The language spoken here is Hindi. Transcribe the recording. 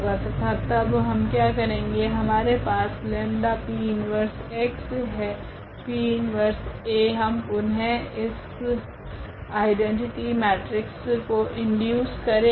तथा तब हम क्या करेगे हमारे पास 𝜆P 1x है P 1A हम पुनः इस आइडैनटिटि मेट्रिक्स को इंट्रड्यूस करेगे